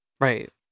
right